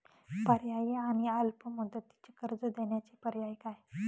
पर्यायी आणि अल्प मुदतीचे कर्ज देण्याचे पर्याय काय?